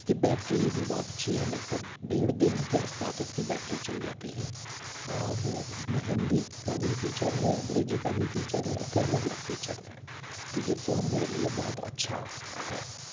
इसकी बैटरी भी बहुत अच्छी है लगभग डेढ़ दिन के आसपास इसकी बैटरी चल जाती है और इसमें हिन्दी का भी फीचर है अंग्रेजी का भी फीचर है ऐसे अलग अलग फीचर्स हैं तो ये फोन मेरे लिए बहुत अच्छा है